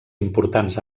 importants